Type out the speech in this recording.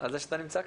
על זה שאתה נמצא כאן.